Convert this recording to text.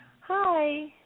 Hi